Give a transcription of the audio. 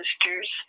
sisters